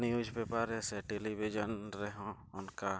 ᱥᱮ ᱨᱮᱦᱚᱸ ᱚᱱᱠᱟ